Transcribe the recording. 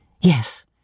Yes